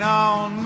on